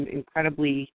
incredibly